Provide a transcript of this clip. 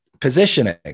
positioning